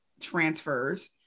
transfers